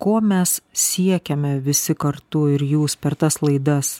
ko mes siekiame visi kartu ir jūs per tas laidas